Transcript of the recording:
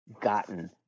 gotten